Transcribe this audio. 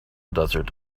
desert